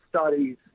studies